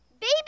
baby